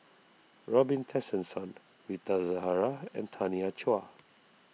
Robin Tessensohn Rita Zahara and Tanya Chua